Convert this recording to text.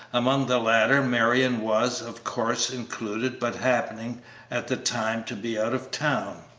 among the latter marion was, of course, included, but happening at the time to be out of town,